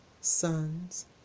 sons